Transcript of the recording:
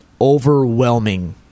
Overwhelming